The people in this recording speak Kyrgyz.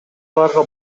аларга